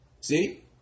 See